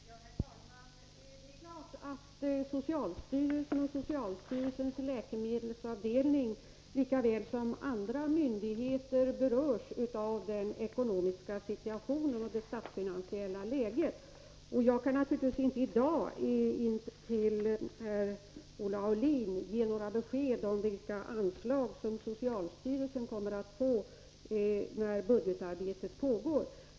Herr talman! Det är klart att socialstyrelsen och dess läkemedelsavdelning lika väl som andra myndigheter berörs av den ekonomiska situationen och det statsfinansiella läget. Jag kan naturligtvis inte i dag till Olle Aulin ge några besked om vilka anslag socialstyrelsen kommer att få, nu när budgetarbetet pågår.